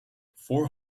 four